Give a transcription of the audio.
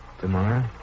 Tomorrow